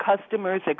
customers